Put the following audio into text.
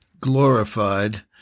glorified